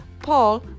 Paul